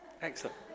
Excellent